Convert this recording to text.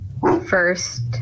first